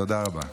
תודה רבה.